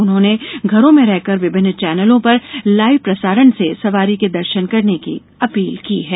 उन्होंने घरों में रहकर विभिन्न चेनलों पर लाईव प्रसारण से सवारी के दर्शन करने की अपील की है